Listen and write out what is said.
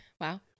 Wow